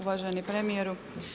Uvaženi premijeru.